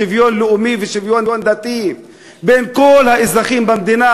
שוויון לאומי ושוויון דתי בין כל האזרחים במדינה,